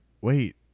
wait